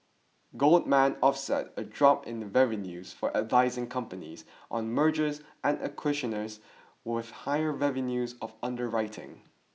Goldman offset a drop in the revenues for advising companies on mergers and acquisitions with higher revenues of underwriting